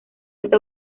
está